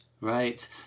Right